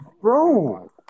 Bro